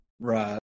Right